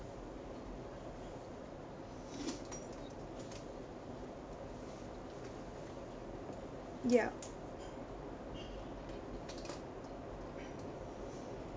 yup